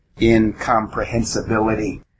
incomprehensibility